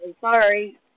sorry